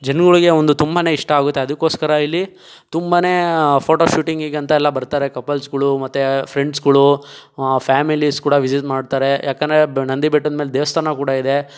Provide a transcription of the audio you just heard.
ಜನಗಳಿಗೆ ಒಂದು ತುಂಬನೇ ಇಷ್ಟ ಆಗುತ್ತೆ ಅದಕ್ಕೋಸ್ಕರ ಇಲ್ಲಿ ತುಂಬನೇ ಫೋಟೋ ಶೂಟಿಂಗಿಗಂತೆಲ್ಲ ಬರ್ತಾರೆ ಕಪಲ್ಸ್ಗಳು ಮತ್ತೆ ಫ್ರೆಂಡ್ಸ್ಗಳು ಫ್ಯಾಮಿಲೀಸ್ ಕೂಡ ವಿಸಿಟ್ ಮಾಡ್ತಾರೆ ಯಾಕೆಂದ್ರೆ ನಂದಿ ಬೆಟ್ಟದ್ಮೇಲೆ ದೇವಸ್ಥಾನ ಕೂಡ ಇದೆ